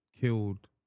killed